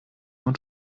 und